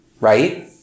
right